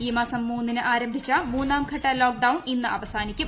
ഈ മാസം മൂന്നിന് ആരംഭിച്ച മൂന്നാംഘട്ട ലോക്ഡൌൺ ന് ഇന്നവസാനിക്കും